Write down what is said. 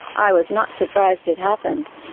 i was not surprised it happened.